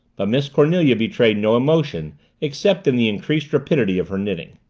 but miss cornelia betrayed no emotion except in the increased rapidity of her knitting.